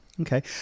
Okay